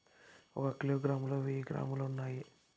ఒక కిలోగ్రామ్ లో వెయ్యి గ్రాములు ఉన్నాయి